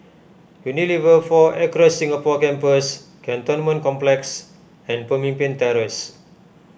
Unilever four Acres Singapore Campus Cantonment Complex and Pemimpin Terrace